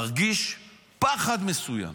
מרגיש פחד מסוים,